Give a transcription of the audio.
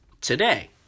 today